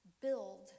build